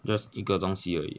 just 一个东西而已